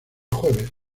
jueves